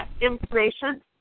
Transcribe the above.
information